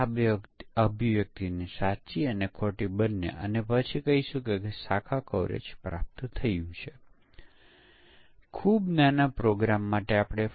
તે પહેલાં ચાલો આપણે વ્હાઇટ બોક્સ પરીક્ષણ વિશે એક મૂળભૂત વિચાર જોઇયે